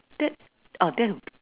that uh that